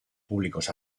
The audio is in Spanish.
públicos